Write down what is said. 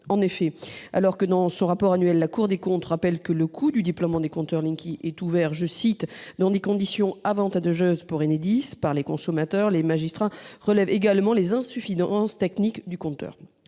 annuel publié au mois de février dernier, la Cour des comptes rappelle que le coût du déploiement des compteurs Linky est couvert dans « des conditions avantageuses pour Enedis » par les consommateurs, les magistrats relèvent également les insuffisances techniques du compteur.